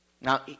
Now